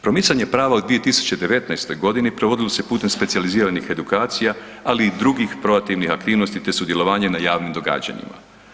Promicanje prava u 2019.g. provodilo se putem specijaliziranih edukacija, ali i drugih proaktivnih aktivnosti, te sudjelovanjem na javnim događanjima.